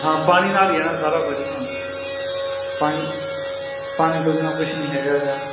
ਹਾਂ ਪਾਣੀ ਨਾਲ ਹੀ ਨਾ ਸਾਰਾ ਕੁਛ ਪਾਣੀ ਪਾਣੀ ਤੋਂ ਬਿਨਾਂ ਕੁਛ ਨਹੀਂ ਹੈਗਾ ਗਾ